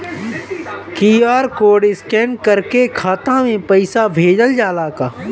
QR code scan करके खाता में पैसा भेजल जाला का?